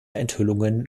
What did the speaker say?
enthüllungen